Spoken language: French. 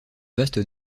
vaste